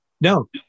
No